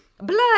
Blood